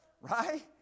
Right